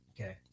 Okay